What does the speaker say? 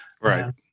Right